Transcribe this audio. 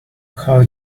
how